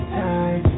time